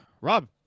Rob